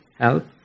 help